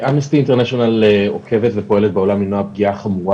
אמנסטי אינטרנשיונל עוקבת ופועלת בעולם למנוע פגיעה חמורה